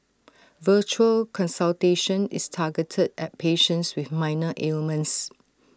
virtual consultation is targeted at patients with minor ailments